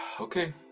Okay